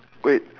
oh wait